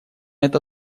это